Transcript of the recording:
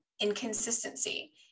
inconsistency